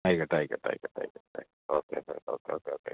ആയിക്കോട്ടെ ആയിക്കോട്ടെ ആയിക്കോട്ടെ ആയിക്കോട്ടെ ഓക്കേ ഓക്കേ ഓക്കേ ഓക്കേ